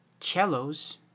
cellos